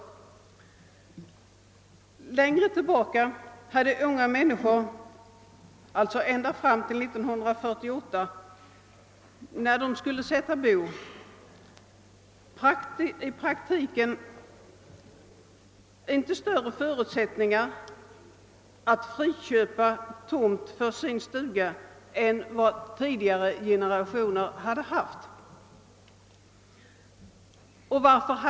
Ända fram till 1948 hade unga människor som skulle sätta bo i praktiken inte större förutsättningar att friköpa tomt för sin stuga än vad tidigare generationer haft.